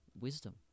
wisdom